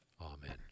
Amen